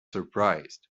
surprised